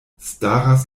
staras